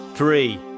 Three